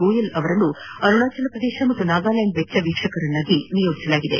ಗೋಯಲ್ ಅವರನ್ನು ಅರುಣಾಚಲ ಪ್ರದೇಶ ಹಾಗೂ ನಾಗಾಲ್ಲಾಂಡ್ ವೆಚ್ಚ ವೀಕ್ಷಕರನ್ನಾಗಿ ನೇಮಕ ಮಾಡಲಾಗಿದೆ